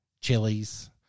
chilies